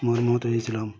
মর্মাহত হয়েছিলাম